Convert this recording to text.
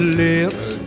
lips